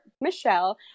Michelle